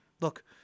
look –